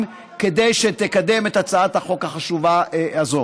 כדי שתקדם את הצעת החוק החשובה הזאת.